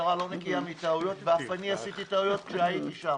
המשטרה לא נקייה מטעויות ואף אני עשיתי טעויות כשהייתי שם,